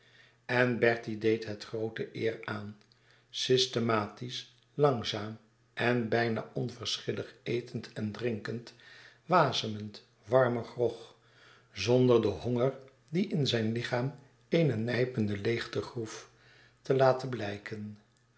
en bertie deed het groote eer aan systematisch langzaam en bijna onverschillig etend en drinkend wasemend warmen grog zonder den honger die in zijn lichaam eene nijpende leêgte groef te laten blijken